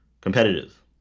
competitive